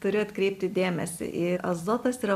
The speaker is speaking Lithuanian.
turiu atkreipti dėmesį į azotas yra